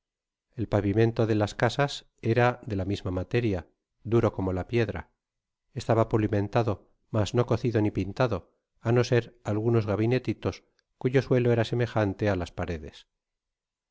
el pavimento de las casas era de la misma materia duro como la piedra estaba pulimentado mas no cocido ni pintado á no ser algunos gabinetítos cuyo suelo era semejante á las paredes